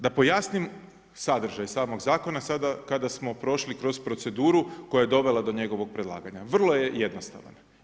Da pojasnim sadržaj samog zakona, sada kada smo prošli kroz proceduru koja je dovela do njegovog predlaganja, vrlo je jednostavan.